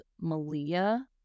Malia